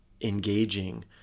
engaging